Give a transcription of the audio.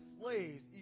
slaves